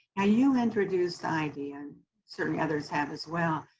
ah you introduce the idea, and certainly others have as well,